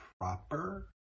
proper